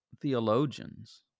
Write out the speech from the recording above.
theologians